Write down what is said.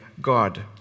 God